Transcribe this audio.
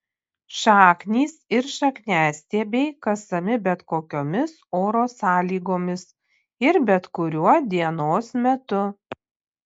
šaknys ir šakniastiebiai kasami bet kokiomis oro sąlygomis ir bet kuriuo dienos metu